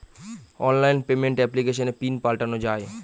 online payment এপ্লিকেশনে PIN পাল্টানো যায়